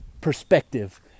perspective